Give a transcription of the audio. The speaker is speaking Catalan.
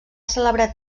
celebrar